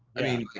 i mean,